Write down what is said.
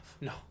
No